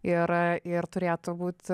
ir ir turėtų būt